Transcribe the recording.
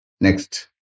Next